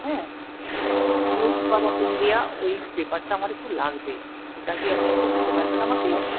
হ্যাঁ news paper of India ওই পেপারটা আমার একটু লাগবে ওটা কি আপনি একটু দিতে পারবেন আমাকে